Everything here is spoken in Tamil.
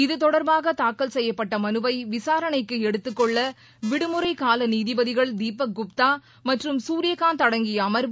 இதுதொடர்பாக தாக்கல் செய்யப்பட்ட மனுவை விசாரணைக்கு எடுத்துக் கொள்ள விடுமுறை கால நீதிபதிகள் தீபக் குப்தா மற்றும் சூரியகாந்த் அடங்கிய அமர்வு